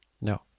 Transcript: No